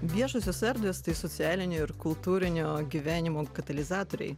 viešosios erdvės tai socialinio ir kultūrinio gyvenimo katalizatoriai